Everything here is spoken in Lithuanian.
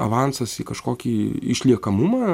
avansas į kažkokį išliekamumą